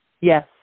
Yes